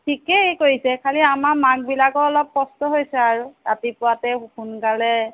ঠিকেই কৰিছে খালি আমাৰ মাকবিলাকৰ অলপ কষ্ট হৈছে আৰু ৰাতিপুৱাতে সোনকালে